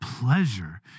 pleasure